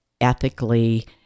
ethically